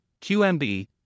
QMB